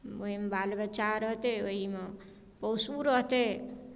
ओहीमे बाल बच्चा रहतै ओहीमे पशु रहतै